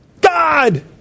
God